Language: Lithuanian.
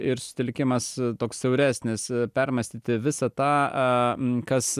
ir susitelkimas toks siauresnis permąstyti visą tą kas